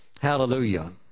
Hallelujah